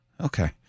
Okay